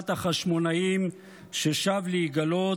שבנשמת החשמונאים ששב להיגלות,